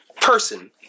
person